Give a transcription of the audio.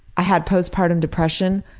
i had postpartum depression.